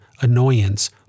annoyance